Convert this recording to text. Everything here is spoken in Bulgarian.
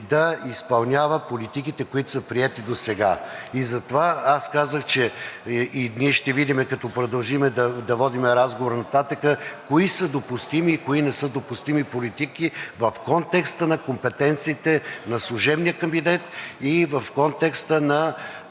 да изпълнява политиките, които са приети досега. И затова аз казах – и ние ще видим, като продължим да водим разговор нататък, кои са допустими и кои не са допустими политики в контекста на компетенциите на служебния кабинет и в контекста на